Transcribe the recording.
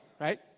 right